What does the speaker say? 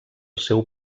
seu